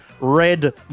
Red